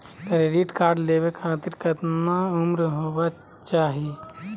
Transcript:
Credit card लेवे खातीर कतना उम्र होवे चाही?